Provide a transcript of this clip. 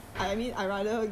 but four years though